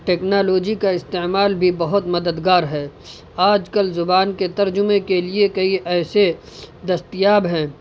technology کا استعمال بھی بہت مددگار ہے آج کل زبان کے ترجمے کے لیے کئی ایسے دستیاب ہیں